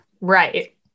Right